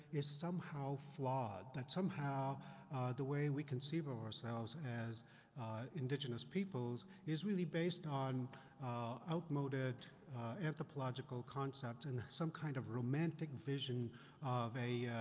is somehow flawed. that somehow the way we conceive of ourselves as indigenous peoples is really based on outmoded anthropological concepts and some kind of romantic vision of a,